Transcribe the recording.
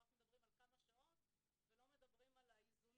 אנחנו רק מדברים על כמה שעות ולא מדברים על האיזונים,